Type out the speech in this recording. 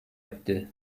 etti